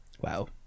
Wow